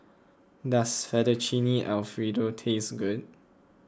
does Fettuccine Alfredo taste good